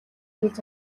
хэлж